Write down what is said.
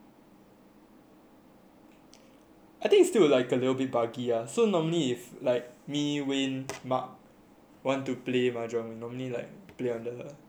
I think still like a little bit buggy ah so normally it's like me wayne mark want to play mahjong we normally play on the on another app lah on the app store